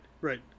right